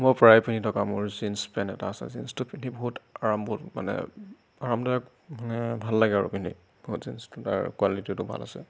মই প্ৰায় পিন্ধি থকা মোৰ জীন্স পেণ্ট এটা আছে জীন্সটো পিন্ধি বহুত আৰাম বহুত মানে আৰামদায়ক মানে ভাল লাগে আৰু পিন্ধি বহুত জীন্সটো তাৰ কোৱালিটিটো ভাল আছে